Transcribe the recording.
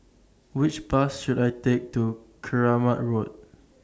Which Bus should I Take to Keramat Road